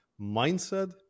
mindset